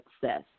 success